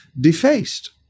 defaced